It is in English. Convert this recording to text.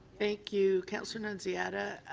thank you, councillor nunziata.